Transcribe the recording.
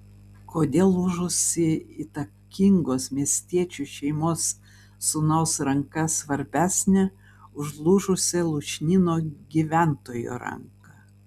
kodėl lūžusi įtakingos miestiečių šeimos sūnaus ranka svarbesnė už lūžusią lūšnyno gyventojo ranką